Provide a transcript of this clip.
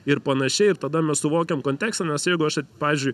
ir panašiai ir tada mes suvokiam kontekstą nes jeigu aš pavyzdžiui